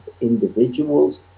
individuals